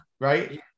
Right